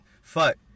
Fuck